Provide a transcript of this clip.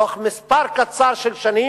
תוך מספר מועט של שנים